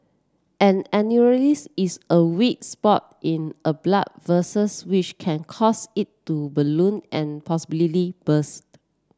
an aneurysm is a weak spot in a blood which can cause it to balloon and possibly burst